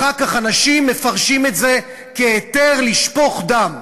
אחר כך אנשים מפרשים את זה כהיתר לשפוך דם.